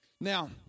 Now